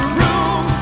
room